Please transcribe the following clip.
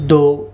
دو